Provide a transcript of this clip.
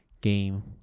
game